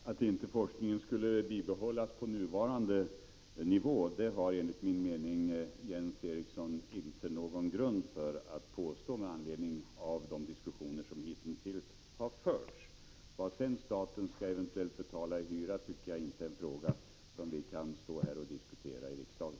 Herr talman! Att inte forskningen skulle bibehållas på nuvarande nivå har enligt min mening Jens Eriksson inte någon grund för att påstå med anledning av de diskussioner som hitintills förts. Vad sedan staten eventuellt skall betala i hyra är inte en fråga vi kan diskutera i riksdagen.